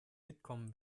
mitkommen